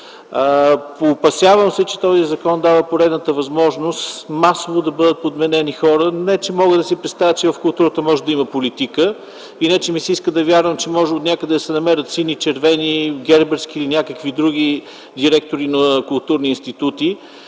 Опасявам се, че този закон дава поредната възможност масово да бъдат подменени хора. Не че мога да си представя, че в културата може да има политика и не че ми се иска да вярвам, че може отнякъде да се намерят сини, червени, герберски или някакви други директори на културни институти,